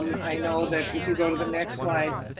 um i know that if you go to the next slide,